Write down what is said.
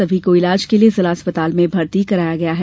सभी को इलाज के लिये जिला अस्पताल में भर्ती कराया गया है